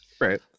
Right